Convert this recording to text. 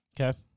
Okay